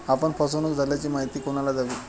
आपण फसवणुक झाल्याची माहिती कोणाला द्यावी?